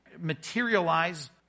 materialize